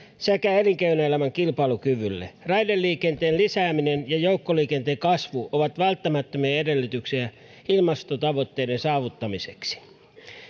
sekä elinkeinoelämän kilpailukyvylle raideliikenteen lisääminen ja joukkoliikenteen kasvu ovat välttämättömiä edellytyksiä ilmastotavoitteiden saavuttamiseksi